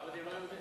החרדים לא,